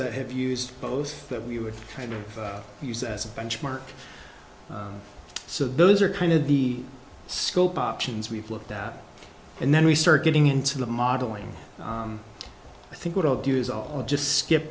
that have used both that we would kind of use as a benchmark so those are kind of the scope options we've looked at and then we start getting into the modeling i think what i'll do is all just skip